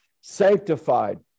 sanctified